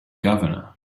governor